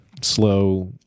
slow